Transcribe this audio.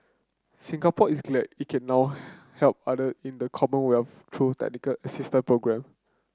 Singapore is glad it can now help other in the Commonwealth through technical assistance programme